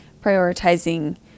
prioritizing